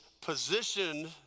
positioned